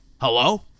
Hello